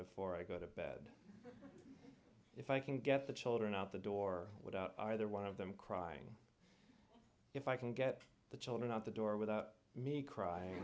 before i go to bed if i can get the children out the door without either one of them crying if i can get the children out the door without me cry